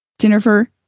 Jennifer